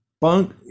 Bunk